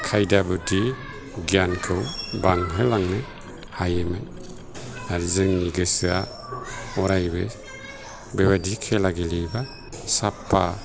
खायदा बुध्दि गियानखौ बांहोलांनो हायोमोन आरो जोंनि गोसोआ अरायबो बेबायदि खेला गेलेयोबा साफा